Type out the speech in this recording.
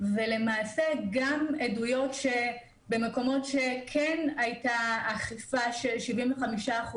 ועל כך שבמקומות שכן הייתה בהן אכיפה של 75%